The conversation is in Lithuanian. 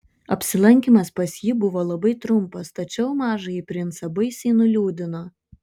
apsilankymas pas jį buvo labai trumpas tačiau mažąjį princą baisiai nuliūdino